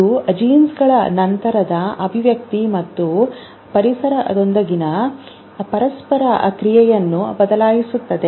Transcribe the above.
ಇದು ಜೀನ್ಗಳ ನಂತರದ ಅಭಿವ್ಯಕ್ತಿ ಮತ್ತು ಪರಿಸರದೊಂದಿಗಿನ ಪರಸ್ಪರ ಕ್ರಿಯೆಯನ್ನು ಬದಲಾಯಿಸುತ್ತದೆ